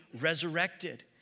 resurrected